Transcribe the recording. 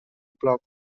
block